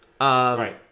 Right